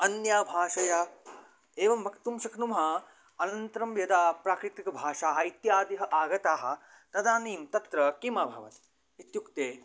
अन्य भाषया एवं वक्तुं शक्नुमः अनन्तरं यदा प्राकृतिकभाषाः इत्यादयः आगताः तदानीं तत्र किम् अभवत् इत्युक्ते